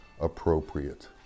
appropriate